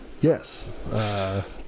Yes